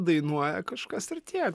dainuoja kažkas ir tiek